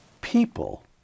people